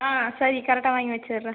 ஆ சரி கரெக்டா வாங்கி வெச்சிடறேன்